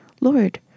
Lord